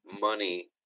money